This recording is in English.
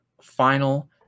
final